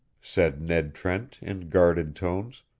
said ned trent, in guarded tones.